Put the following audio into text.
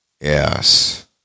yes